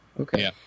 Okay